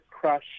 crush